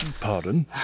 Pardon